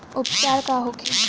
उपचार का होखे?